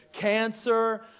cancer